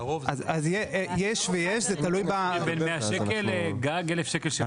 זה נע בין 100 ₪ ל-1,000 ₪.